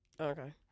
Okay